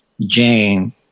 Jane